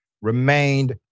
remained